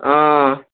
অঁ